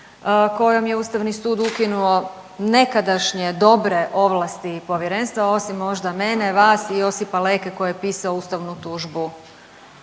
kojom je Ustavni sud ukinuo nekadašnje dobre ovlasti Povjerenstva, osim možda mene, vas i Josipa Leke koji je pisao ustavnu tužbu